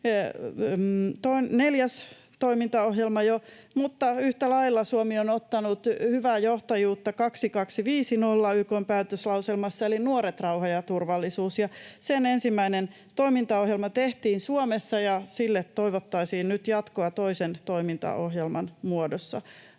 neljäs toimintaohjelma jo — mutta yhtä lailla Suomi on ottanut hyvää johtajuutta YK:n 2250-päätöslauselmassa eli ”Nuoret, rauha ja turvallisuus”, ja sen ensimmäinen toimintaohjelma tehtiin Suomessa ja sille toivottaisiin nyt jatkoa toisen toimintaohjelman muodossa.